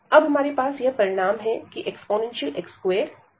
अब हमारे पास यह परिणाम है कि ex2x2 है